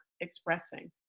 expressing